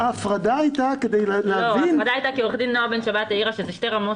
ההפרדה הייתה כי עו"ד נעה בן שבת העירה שזה שתי רמות